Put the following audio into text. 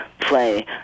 play